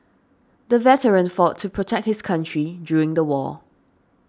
the veteran fought to protect his country during the war